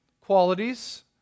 qualities